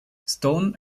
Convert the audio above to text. stone